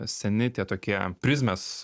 seni tie tokie prizmės